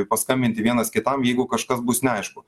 paskambinti vienas kitam jeigu kažkas bus neaišku